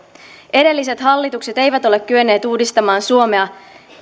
edelliset hallitukset eivät ole kyenneet uudistamaan suomea